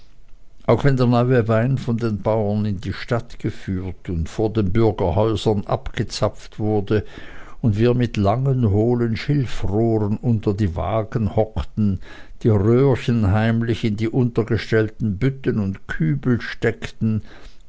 auch wenn der neue wein von den bauern in die stadt geführt und vor den bürgerhäusern abgezapft wurde und wir mit langen hohlen schilfrohren unter die wagen hockten die röhrchen heimlich in die untergestellten bütten und kübel steckten